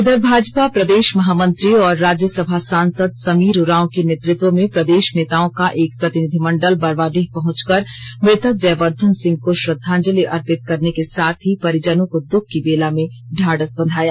इधर भाजपा प्रदेश महामंत्री और राज्यसभा सांसद समीर उरांव के नेतृत्व में प्रदेष नेताओं का एक प्रतिनिधिमंडल बरवाडीह पहुंचकर मृतक जयवर्धन सिंह को श्रद्धांजलि अर्पित करने के साथ ही परिजनों को दुःख की बेला में ढांढस बंधाया